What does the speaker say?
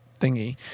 thingy